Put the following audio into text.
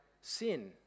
sin